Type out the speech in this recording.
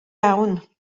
iawn